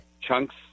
chunks